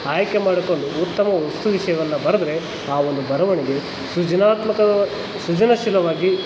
ಆಯ್ಕೆ ಮಾಡಿಕೊಂಡು ಉತ್ತಮ ವಸ್ತು ವಿಷಯವನ್ನ ಬರೆದ್ರೆ ಆ ಒಂದು ಬರವಣಿಗೆ ಸೃಜನಾತ್ಮಕ ಸೃಜನಶೀಲವಾಗಿ